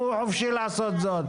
הוא חופשי לעשות זאת,